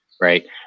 right